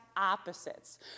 Opposites